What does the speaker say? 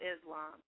Islam